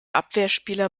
abwehrspieler